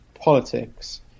politics